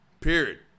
Period